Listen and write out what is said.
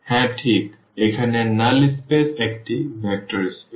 হ্যাঁ ঠিক এখানে নাল স্পেস একটি ভেক্টর স্পেস